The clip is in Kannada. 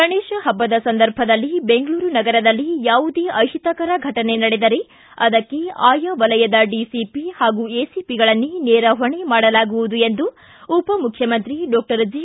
ಗಣೇಶ ಹಬ್ಬದ ಸಂದರ್ಭದಲ್ಲಿ ಬೆಂಗಳೂರು ನಗರದಲ್ಲಿ ಯಾವುದೇ ಅಹಿತಕರ ಫಟನೆ ನಡೆದರೆ ಅದಕ್ಕೆ ಆಯಾ ವಲಯದ ಡಿಸಿಪಿ ಹಾಗೂ ಎಸಿಪಿಗಳನ್ನೇ ನೇರ ಹೊಣೆ ಮಾಡಲಾಗುವುದು ಎಂದು ಉಪಮುಖ್ಖಮಂತ್ರಿ ಡಾಕ್ಷರ್ ಜಿ